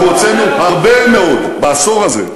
אנחנו הוצאנו הרבה מאוד בעשור הזה,